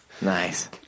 Nice